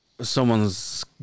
Someone's